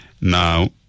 Now